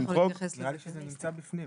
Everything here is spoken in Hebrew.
נראה לי שזה בפנים.